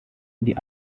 die